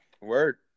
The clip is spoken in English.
Word